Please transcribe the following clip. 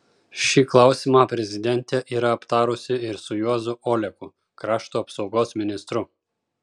šį klausimą prezidentė yra aptarusi ir su juozu oleku krašto apsaugos ministru